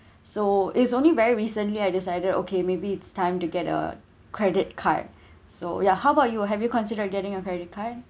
so is only very recently I decided okay maybe it's time to get a credit card so ya how about you have you consider getting a credit card